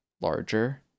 larger